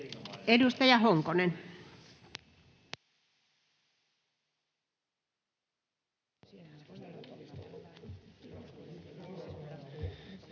Edustaja Honkonen.